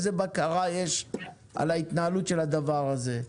איזו בקרה יש על ההתנהלות של הדבר הזה?